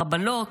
חבלות,